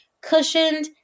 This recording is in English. cushioned